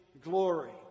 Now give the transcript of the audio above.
glory